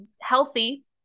healthy